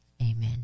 amen